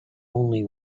only